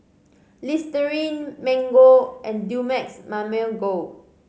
Listerine Mango and Dumex Mamil Gold